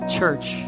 church